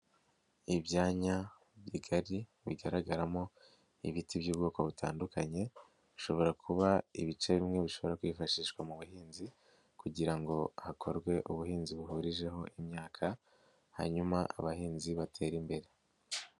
lbyanya bigari bigaragaramo ibiti by'ubwoko butandukanye, bishobora kuba ibice bimwe bishobora kwifashishwa mu buhinzi, kugira ngo hakorwe ubuhinzi buhurijeho imyaka ,hanyuma abahinzi batere imbere.